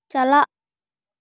ᱪᱟᱞᱟᱜ